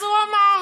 אז הוא אמר.